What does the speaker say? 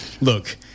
look